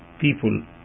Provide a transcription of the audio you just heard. people